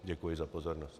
Děkuji za pozornost.